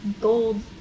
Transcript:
gold